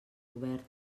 obert